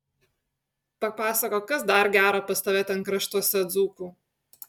papasakok kas dar gero pas tave ten kraštuose dzūkų